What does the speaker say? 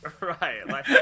Right